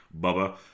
Bubba